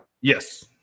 Yes